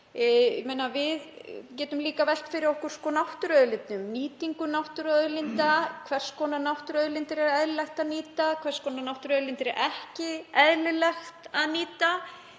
Við getum líka velt fyrir okkur náttúruauðlindum, nýtingu náttúruauðlinda. Hvers konar náttúruauðlindir er eðlilegt að nýta? Hvers konar náttúruauðlindir er ekki eðlilegt að nýta?